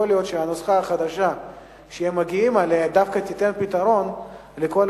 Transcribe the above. יכול להיות שהנוסחה החדשה שהם מגיעים אליה דווקא תיתן פתרון לכל